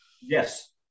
yes